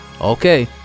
Okay